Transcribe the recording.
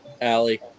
Allie